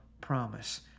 promise